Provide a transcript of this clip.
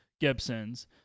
Gibson's